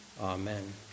Amen